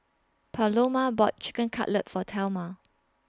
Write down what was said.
Paloma bought Chicken Cutlet For Thelma